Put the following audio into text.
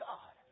God